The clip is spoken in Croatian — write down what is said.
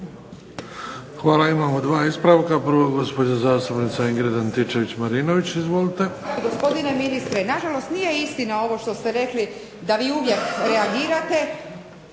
Hvala. Imamo 2 ispravka. Prvo gospođa zastupnica Ingrid Antičević-Marinović. Izvolite.